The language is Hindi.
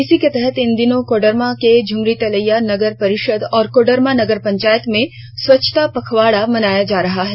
इसी के तहत इन दिनों कोडरमा के झ्मरीतिलैया नगर परिषद और कोडरमा नगर पंचायत में स्वच्छता पखवाड़ा मनाया जा रहा है